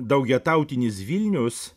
daugiatautinis vilnius